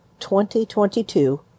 2022